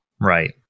Right